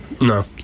no